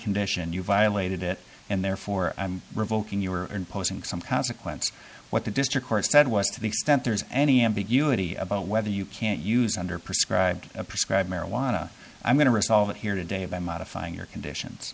condition you violated it and therefore revoking you were imposing some consequence what the district court said was to the extent there's any ambiguity about whether you can't use under prescribed prescribe marijuana i'm going to resolve it here today by modifying your conditions